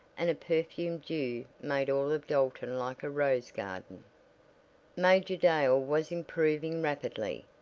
and a perfumed dew made all of dalton like a rose garden major dale was improving rapidly,